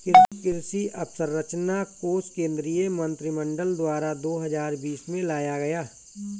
कृषि अंवसरचना कोश केंद्रीय मंत्रिमंडल द्वारा दो हजार बीस में लाया गया